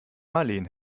marleen